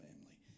family